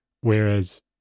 Whereas